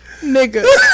Nigga